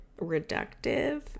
reductive